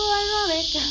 ironic